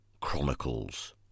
chronicles